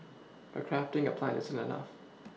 but crafting a plan isn't enough